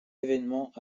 évènement